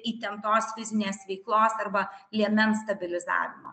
įtemptos fizinės veiklos arba liemens stabilizavimo